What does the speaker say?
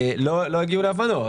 לא הגיעו להבנות.